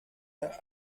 der